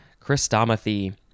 Christomathy